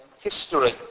history